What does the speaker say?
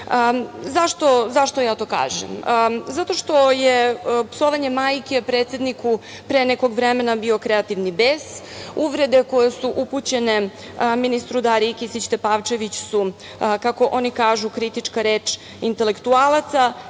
ja to kažem? Zato što je psovanje majke predsedniku pre nekog vremena bio kreativni bes. Uvrede koje su upućene ministru Dariji Kisić Tepavčević su, kako oni kažu, kritička reč intelektualaca,